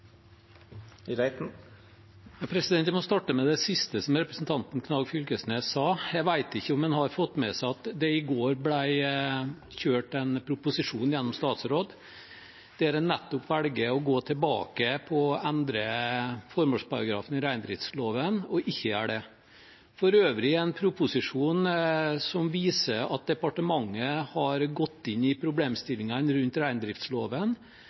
Jeg må starte med det siste som representanten Knag Fylkesnes sa. Jeg vet ikke om han har fått med seg at det i går ble kjørt en proposisjon gjennom statsråd, der man nettopp velger å gå tilbake på å endre formålsparagrafen i reindriftsloven – å ikke gjøre det. For øvrig er det en proposisjon som viser at departementet har gått inn i problemstillingene rundt reindriftsloven